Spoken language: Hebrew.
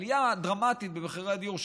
עלייה דרמטית במחירי הדיור,